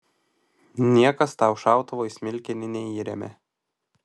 niekas tau šautuvo į smilkinį neįremia